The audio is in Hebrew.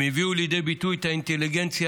הם הביאו לידי ביטוי את האינטליגנציה